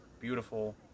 beautiful